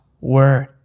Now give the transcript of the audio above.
word